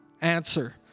answer